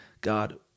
God